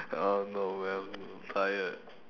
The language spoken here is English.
I don't know man I'm tired